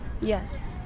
Yes